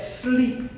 sleep